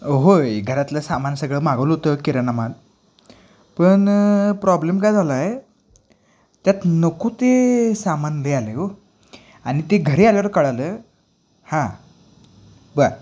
होय घरातलं सामान सगळं मागवलं होतं किराणामाल पण प्रॉब्लेम काय झाला आहे त्यात नको ते सामानही आले आहे अहो आणि ते घरी आल्यावर कळलं हां बरं